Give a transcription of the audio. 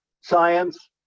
science